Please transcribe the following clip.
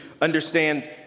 understand